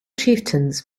chieftains